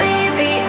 Baby